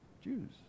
Jews